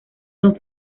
don